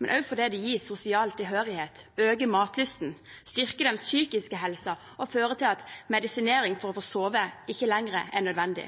men også fordi det gir sosial tilhørighet, øker matlysten, styrker den psykiske helsa og fører til at medisinering for å få sove ikke lenger er nødvendig,